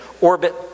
orbit